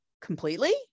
completely